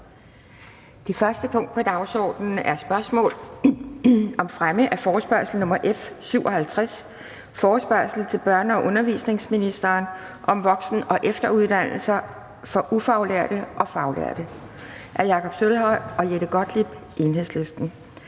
Det første punkt på dagsordenen er: 1) Spørgsmål om fremme af forespørgsel nr. F 57: Forespørgsel til børne- og undervisningsministeren om voksen- og efteruddannelser for ufaglærte og faglærte. Af Jakob Sølvhøj (EL) og Jette Gottlieb (EL).